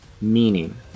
meaning